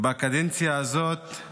בקדנציה הזאת,